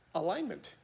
alignment